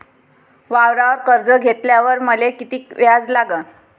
वावरावर कर्ज घेतल्यावर मले कितीक व्याज लागन?